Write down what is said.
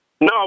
No